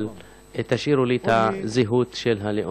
אבל תשאירו לי את הזהות של הלאום.